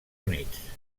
units